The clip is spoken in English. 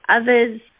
Others